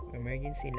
emergency